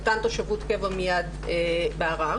מתן תושבות קבע מיד בערר.